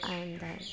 अन्त